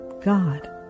God